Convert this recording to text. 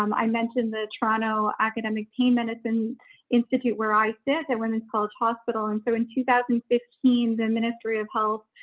um i mentioned the toronto academic team medicine institute, where i sit there when it's called hospital. and so in two thousand and fifteen, the ministry of health